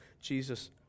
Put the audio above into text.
Jesus